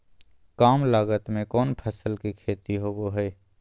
काम लागत में कौन फसल के खेती होबो हाय?